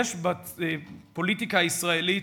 יש בפוליטיקה הישראלית,